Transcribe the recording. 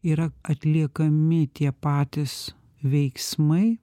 yra atliekami tie patys veiksmai